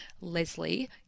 Leslie